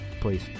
please